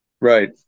Right